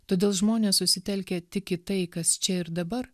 todėl žmonės susitelkė tik į tai kas čia ir dabar